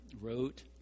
wrote